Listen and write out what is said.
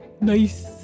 Nice